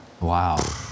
Wow